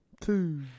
Two